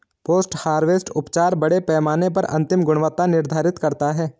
post harvest उपचार बड़े पैमाने पर अंतिम गुणवत्ता निर्धारित करता है